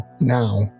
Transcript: Now